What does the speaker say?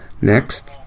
next